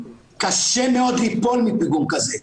קשה מאוד ליפול מפיגום כזה.